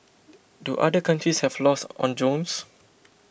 do other countries have laws on drones